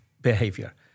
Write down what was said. behavior